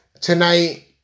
tonight